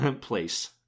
place